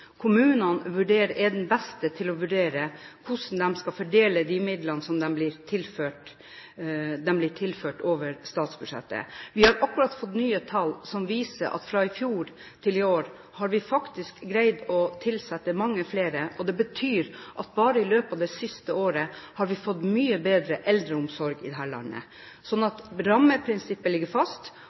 Kommunene er de beste til å vurdere hvordan de skal fordele midlene som de blir tilført over statsbudsjettet. Vi har akkurat fått nye tall som viser at vi fra i fjor til i år faktisk har greid å tilsette mange flere. Det betyr at vi bare i løpet av det siste året har fått en mye bedre eldreomsorg i dette landet. Rammeprinsippet ligger fast,